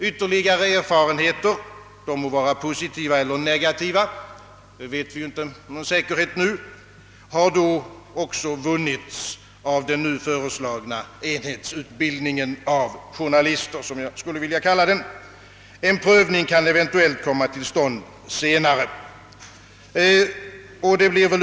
Ytterligare erfarenheter — de må vara positiva eller negativa — har då också vunnits av den föreslagna enhetsutbildningen av journalister. En omprövning kan eventuellt komma till stånd senare.